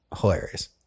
hilarious